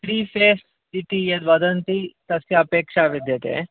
three phase इति यत् वदन्ति तस्य अपेक्षा विद्यते